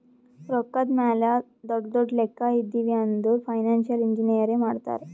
ರೊಕ್ಕಾದ್ ಮ್ಯಾಲ ದೊಡ್ಡು ದೊಡ್ಡು ಲೆಕ್ಕಾ ಇದ್ದಿವ್ ಅಂದುರ್ ಫೈನಾನ್ಸಿಯಲ್ ಇಂಜಿನಿಯರೇ ಮಾಡ್ತಾರ್